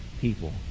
people